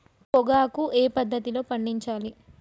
పొగాకు ఏ పద్ధతిలో పండించాలి?